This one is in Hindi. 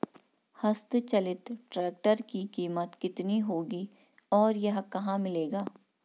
हस्त चलित ट्रैक्टर की कीमत कितनी होगी और यह कहाँ मिलेगा?